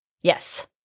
yes